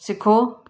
सिखो